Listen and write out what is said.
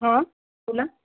हां बोला